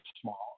small